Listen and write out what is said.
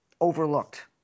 overlooked